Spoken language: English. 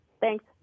Thanks